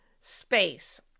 space